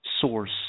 Source